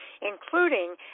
including